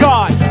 God